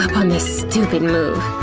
on this stupid move.